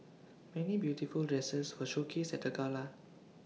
many beautiful dresses were showcased at the gala